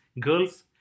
girls